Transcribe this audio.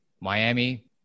Miami